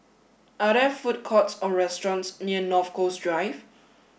are there food courts or restaurants near North Coast Drive